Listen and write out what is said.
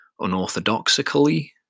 unorthodoxically